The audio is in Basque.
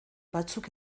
batzuk